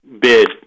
bid